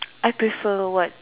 I prefer what